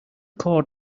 cord